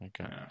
okay